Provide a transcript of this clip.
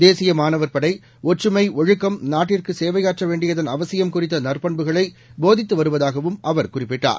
தேசிய மாணவர் படை ஒற்றுமை ஒழுக்கம் நாட்டிற்கு சேவையாற்ற வேண்டியதன் அவசியம் குறித்த நற்பண்புகளை போதித்து வருவதாகவும் அவர் குறிப்பிட்டார்